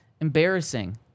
embarrassing